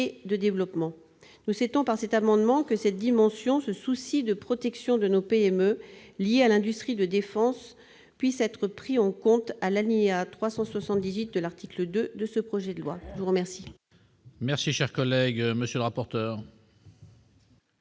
de développement. Nous souhaitons, par cet amendement, que cette dimension et ce souci de protection de nos PME liées à l'industrie de défense puissent être pris en compte à l'alinéa 378 de l'article 2 de ce projet de loi. Quel